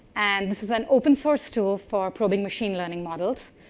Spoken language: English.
and this is an open source tool for probing machine learning models.